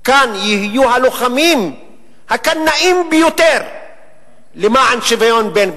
כאן יהיו הלוחמים הקנאים ביותר למען שוויון בין בני-אדם.